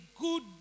good